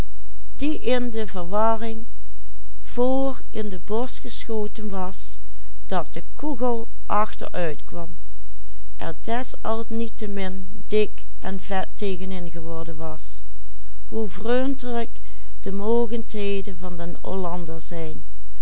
de koegel achter uitkwam er desalniettemin dik en vet tegenin geworden was hoe vrundelijk de mogendheden van den